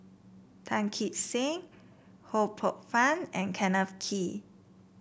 Tan Kee Sek Ho Poh Fun and Kenneth Kee